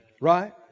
Right